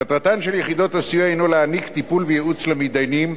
מטרתן של יחידות הסיוע הינה להעניק טיפול וייעוץ למתדיינים,